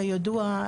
כידוע,